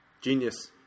Genius